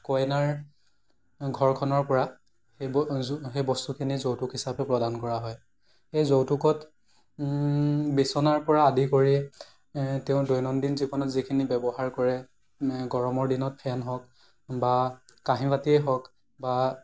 কইনাৰ ঘৰখনৰ পৰা সেই বস্তুখিনি যৌতুক হিচাপে প্ৰদান কৰা হয় সেই যৌতুকত বিচনাৰ পৰা আদি কৰি তেওঁ দৈনন্দিন জীৱনত যিখিনি ব্যৱহাৰ কৰে গৰমৰ দিনত ফেন হওক বা কাঁহী বাতিয়ে হওক বা